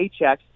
paychecks